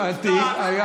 חדש, אתה לא יכול.